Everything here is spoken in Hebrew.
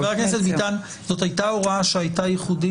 חבר הכנסת ביטן, זאת הייתה הוראה ייחודית?